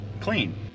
clean